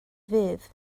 ddydd